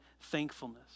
thankfulness